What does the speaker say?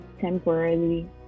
temporarily